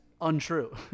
untrue